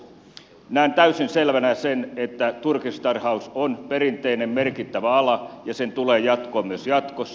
näen täysin selvänä sen että turkistarhaus on perinteinen merkittävä ala ja sen tulee jatkua myös jatkossa